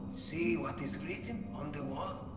see what is written on the wall?